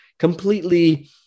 completely